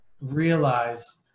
realize